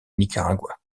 nicaragua